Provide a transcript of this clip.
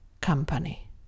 company